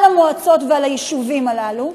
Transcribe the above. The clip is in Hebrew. על המועצות ועל היישובים הללו.